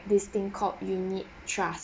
this thing called unit trust